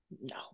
No